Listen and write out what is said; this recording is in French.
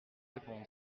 répondre